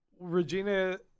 Regina